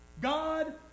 God